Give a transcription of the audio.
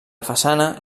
façana